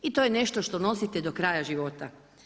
I to je nešto što nosite do kraja života.